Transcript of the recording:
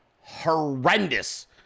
horrendous